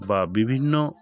বা বিভিন্ন